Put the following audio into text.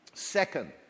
second